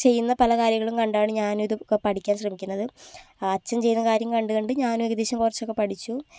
ചെയ്യുന്ന പല കാര്യങ്ങളും കണ്ടാണ് ഞാനും ഇതൊക്കെ പഠിക്കാൻ ശ്രമിക്കുന്നത് അച്ഛൻ ചെയ്യുന്ന കാര്യം കണ്ട് കണ്ട് ഞാനും ഏകദേശം കുറച്ചൊക്കെ പഠിച്ചു